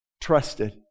trusted